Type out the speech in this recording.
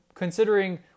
considering